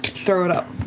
throw it up,